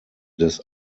des